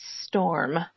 Storm